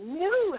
new